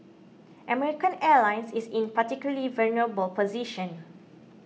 American Airlines is in a particularly vulnerable position